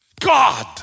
God